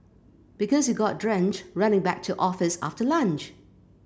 because you got drenched running back to office after lunch